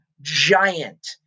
giant